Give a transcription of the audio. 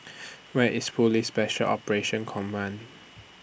Where IS Police Special Operations Command